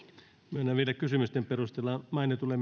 myönnän vielä puheenvuorot kysymysten perusteella mainitulle